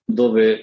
dove